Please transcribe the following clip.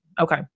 Okay